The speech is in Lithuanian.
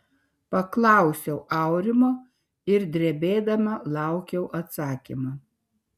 paklausiau aurimo ir drebėdama laukiau atsakymo